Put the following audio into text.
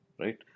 right